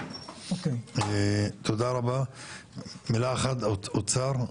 תגובת האוצר?